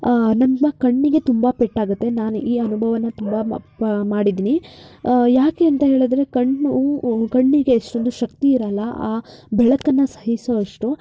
ನಮ್ಮ ಕಣ್ಣಿಗೆ ತುಂಬ ಪೆಟ್ಟಾಗುತ್ತೆ ನಾನು ಈ ಅನುಭವವನ್ನು ತುಂಬ ಮಾಡಿದೀನಿ ಯಾಕೆ ಅಂತ ಹೇಳಿದ್ರೆ ಕಣ್ಣು ಕಣ್ಣಿಗೆ ಅಷ್ಟೊಂದು ಶಕ್ತಿ ಇರೋಲ್ಲ ಬೆಳಕನ್ನು ಸಹಿಸುವಷ್ಟು